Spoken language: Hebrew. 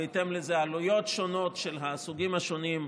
ובהתאם לזה עלויות שונות של הסוגים השונים,